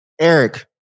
Eric